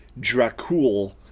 Dracul